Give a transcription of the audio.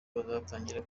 bazatangira